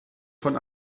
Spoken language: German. von